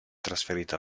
trasferito